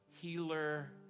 healer